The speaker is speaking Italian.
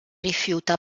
rifiuta